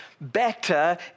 better